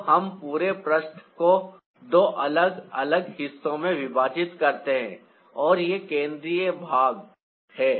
तो हम पूरे पृष्ठ को दो अलग अलग हिस्सों में विभाजित करते हैं और यह केंद्रीय भाग है